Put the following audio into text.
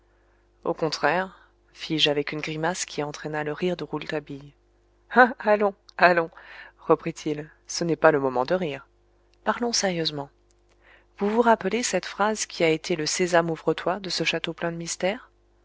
au contraire fis-je avec une grimace qui entraîna le rire de rouletabille allons allons reprit-il ce n'est pas le moment de rire parlons sérieusement vous vous rappelez cette phrase qui a été le sésame ouvre-toi de ce château plein de mystère